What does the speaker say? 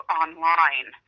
online